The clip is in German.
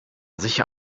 sicher